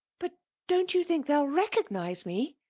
but don't you think they'll recognise me?